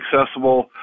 accessible